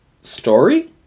story